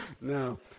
No